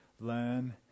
learn